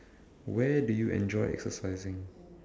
where do you enjoy exercising